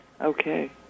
Okay